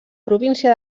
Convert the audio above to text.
província